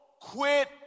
quit